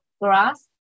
grass